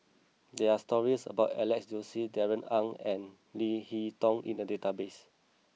there are stories about Alex Josey Darrell Ang and Leo Hee Tong in the database